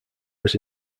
was